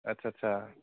आच्छा आच्छा